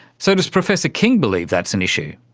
so does professor king believe that's an issue?